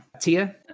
Tia